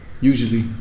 Usually